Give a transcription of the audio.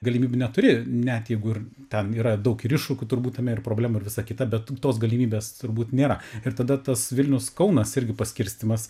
galimybių neturi net jeigu ir ten yra daug ir iššūkių turbūt tame ir problemų ir visa kita bet tos galimybės turbūt nėra ir tada tas vilnius kaunas irgi paskirstymas